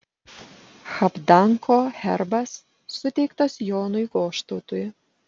habdanko herbas suteiktas jonui goštautui